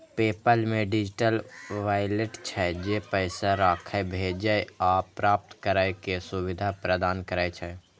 PayPal मे digital wallet छै, जे पैसा राखै, भेजै आ प्राप्त करै के सुविधा प्रदान करै छै